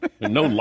No